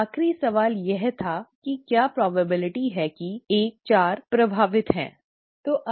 आखिरी सवाल यह था कि क्या संभावना है कि 1 4 प्रभावित है ठीक है